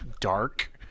dark